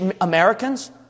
Americans